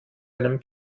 einem